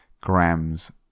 grams